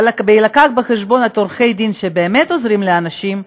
בהבאה בחשבון את עורכי הדין שבאמת עוזרים לאנשים,